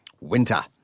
winter